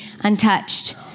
untouched